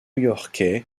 yorkais